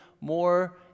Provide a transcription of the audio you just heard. more